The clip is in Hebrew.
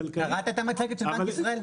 קראת את המצגת של בנק ישראל?